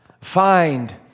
find